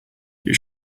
you